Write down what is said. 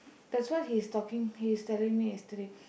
that's why he's talking he's telling me yesterday